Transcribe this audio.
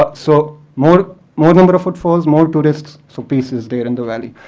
but so more more number of footfalls, more tourists, so peace is there in the valley.